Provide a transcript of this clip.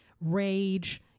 rage